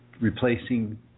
replacing